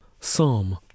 Psalm